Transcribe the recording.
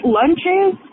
lunches